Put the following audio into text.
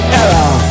error